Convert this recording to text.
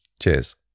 Cheers